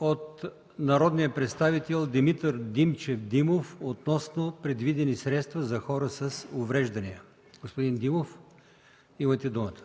от народния представител Димитър Димчев Димов относно предвидени средства за хора с увреждания. Господин Димов, имате думата.